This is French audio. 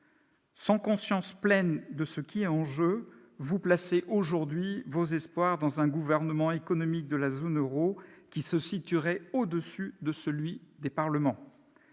Sans conscience pleine de ce qui est en jeu, madame la ministre, vous placez aujourd'hui vos espoirs dans un gouvernement économique de la zone euro, qui se situerait au-dessus de celui des parlements.